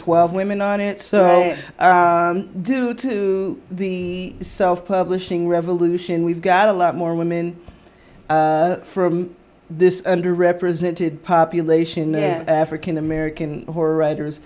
twelve women on it due to the self publishing revolution we've got a lot more women from this underrepresented population african american who are writers